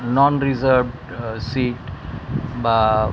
নন reserved seat বা